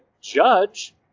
judge